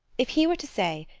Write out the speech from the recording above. if he were to say,